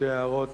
שתי הערות,